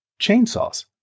chainsaws